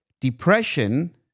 Depression